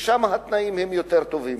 שם התנאים יותר טובים.